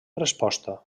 resposta